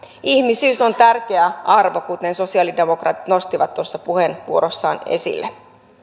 ihmisyys on tärkeä arvo kuten sosiaalidemokraatit nostivat tuossa puheenvuorossaan esille